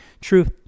truth